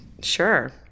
Sure